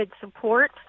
support